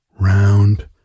round